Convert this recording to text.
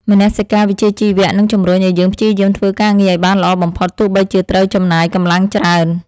មនសិការវិជ្ជាជីវៈនឹងជម្រុញឱ្យយើងព្យាយាមធ្វើការងារឱ្យបានល្អបំផុតទោះបីជាត្រូវចំណាយកម្លាំងច្រើន។